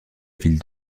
ville